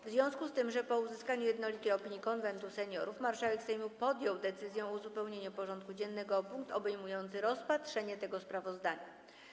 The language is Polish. W związku z tym, po uzyskaniu jednolitej opinii Konwentu Seniorów, marszałek Sejmu podjął decyzję o uzupełnieniu porządku dziennego o punkt obejmujący rozpatrzenie tego sprawozdania.